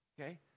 Okay